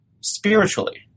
spiritually